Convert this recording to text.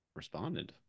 responded